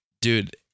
dude